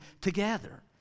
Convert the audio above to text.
together